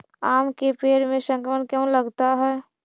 आम के पेड़ में संक्रमण क्यों लगता है?